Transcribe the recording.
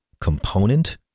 component